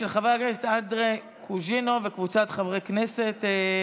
של חבר הכנסת אנדרי קוז'ינוב וקבוצת חברי הכנסת.